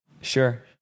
Sure